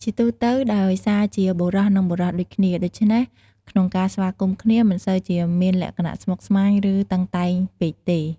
ជាទូទៅ ដោយសារជាបុរស និង បុរសដូចគ្នា ដូច្នេះក្នុងការស្វាគមន៍គ្នា មិនសូវជាមានលក្ខណៈស្មុគស្មាញ ឬ តឹងតែងពេកទេ។